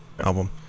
album